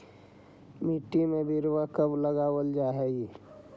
मिट्टी में बिरवा कब लगावल जा हई?